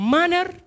Manner